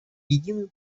единую